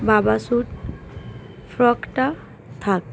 বাবা সুট ফ্রকটা থাক